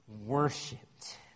worshipped